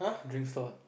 drink stall